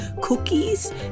cookies